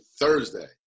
Thursday